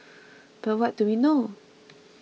but what do we know